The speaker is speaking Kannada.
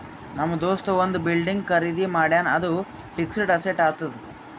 ನಮ್ ದೋಸ್ತ ಒಂದ್ ಬಿಲ್ಡಿಂಗ್ ಖರ್ದಿ ಮಾಡ್ಯಾನ್ ಅದು ಫಿಕ್ಸಡ್ ಅಸೆಟ್ ಆತ್ತುದ್